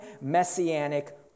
messianic